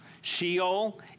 Sheol